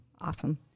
Awesome